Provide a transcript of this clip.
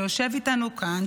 שיושב איתנו כאן,